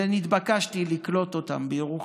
ונתבקשתי לקלוט אותה בירוחם.